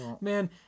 Man